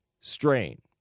strain